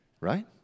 Right